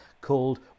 called